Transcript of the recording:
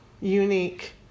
unique